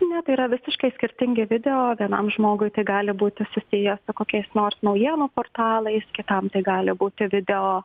ne tyai yra visiškai skirtingi video vienam žmogui tai gali būti susiję su kokiais nors naujienų portalais kitam tai gali būti video